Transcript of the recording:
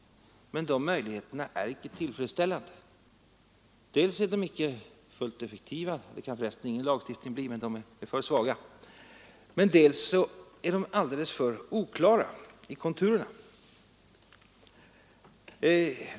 Dessa möjligheter är emellertid icke tillfredsställande dels därför att de är för svaga — helt effektiv kan ingen lagstiftning bli —, dels därför att de är alldeles för oklara i konturerna.